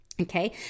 Okay